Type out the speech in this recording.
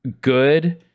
good